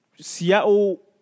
Seattle